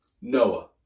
Noah